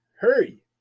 Hurry